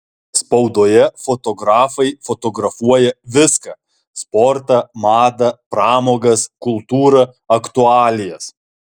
spaudoje fotografai fotografuoja viską sportą madą pramogas kultūrą aktualijas